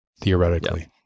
theoretically